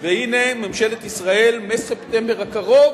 הנה, ממשלת ישראל מספטמבר הקרוב